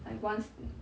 like once mm